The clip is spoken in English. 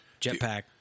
Jetpack